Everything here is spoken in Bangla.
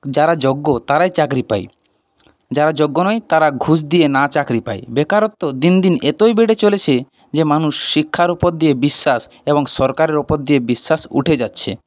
যারা যোগ্য তারাই চাকরি পায় যারা যোগ্য নয় তারা ঘুষ দিয়ে না চাকরি পায় বেকারত্ব দিন দিন এতোই বেড়ে চলেছে যে মানুষ শিক্ষার উপর দিয়ে বিশ্বাস এবং সরকারের উপর দিয়ে বিশ্বাস উঠে যাচ্ছে